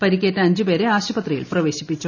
പരിക്കേറ്റ അഞ്ച് പേരെ ആശുപത്രിയിൽ പ്രവേശിപ്പിച്ചു